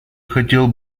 хотел